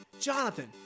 Jonathan